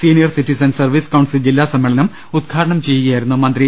senior citizen service council ജില്ലാ സമ്മേ ളനം ഉദ്ഘാടനം ചെയ്യുകയായിരുന്നു അദ്ദേഹം